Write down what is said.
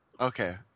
Okay